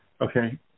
okay